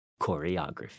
Choreography